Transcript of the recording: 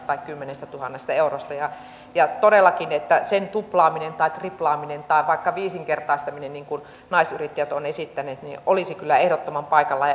tai kymmenestätuhannesta eurosta ja ja todellakin sen tuplaaminen tai triplaaminen tai vaikka viisinkertaistaminen niin kuin yrittäjänaiset on esittänyt olisi kyllä ehdottoman paikallaan